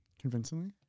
Convincingly